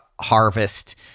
harvest